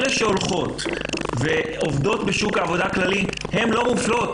אלה שהולכות לעבוד בשוק העבודה הכללי הן לא מופלות,